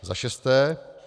Za šesté.